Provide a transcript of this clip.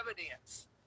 evidence